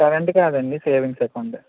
current కాదండి savings account